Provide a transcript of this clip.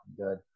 good